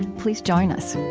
please join us